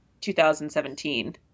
2017